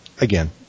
Again